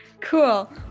cool